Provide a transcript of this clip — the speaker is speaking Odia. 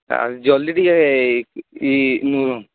ସାର୍ ଜଲ୍ଦି ଟିକେ ଇ ମୁଁ